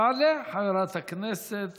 תעלה חברת הכנסת